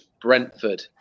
Brentford